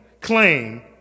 claim